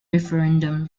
referendum